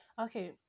Okay